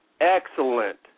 Excellent